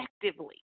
effectively